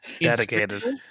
Dedicated